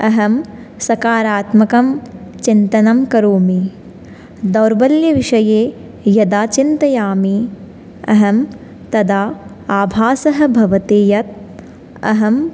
अहं सकारात्मकं चिन्तनं करोमि दौर्बल्यविषये यदा चिन्तयामि अहं तदा आभासः भवति यत् अहं